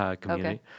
community